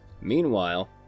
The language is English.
Meanwhile